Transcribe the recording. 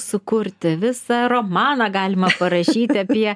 sukurti visą romaną galima parašyti apie